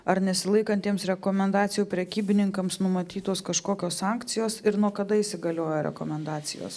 ar nesilaikantiems rekomendacijų prekybininkams numatytos kažkokios sankcijos ir nuo kada įsigaliojo rekomendacijos